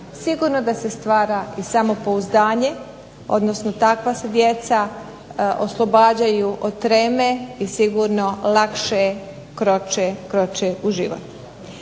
sigurno da se stvara i samopouzdanje, odnosno takva se djeca oslobađaju od treme i sigurno lakše kroče u život.